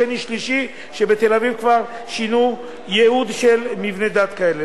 שני או שלישי שבתל-אביב שינו כבר ייעוד של מבני דת כאלה.